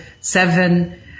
seven